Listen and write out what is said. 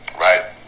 right